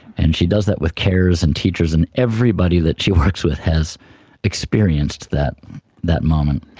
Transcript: and she does that with carers and teachers and everybody that she works with has experienced that that moment.